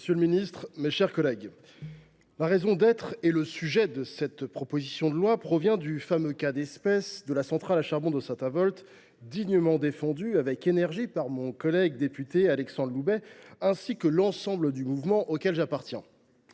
monsieur le ministre, mes chers collègues, la raison d’être et le sujet de cette proposition de loi proviennent du fameux cas d’espèce de la centrale à charbon de Saint Avold, dignement défendue, avec énergie, par mon collègue député Alexandre Loubet ainsi que par l’ensemble du mouvement auquel j’appartiens.